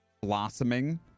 blossoming